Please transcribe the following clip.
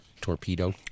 torpedo